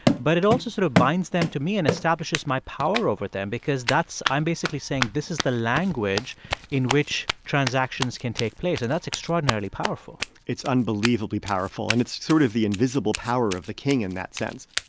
but it also sort of binds them to me and establishes my power over them because that's i'm basically saying this is the language in which transactions can take place. and that's extraordinarily powerful it's unbelievably powerful. and it's sort of the invisible power of the king in that sense